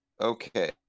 Okay